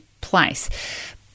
place